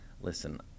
listen